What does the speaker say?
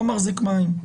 לא מחזיק מים.